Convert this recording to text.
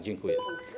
Dziękuję.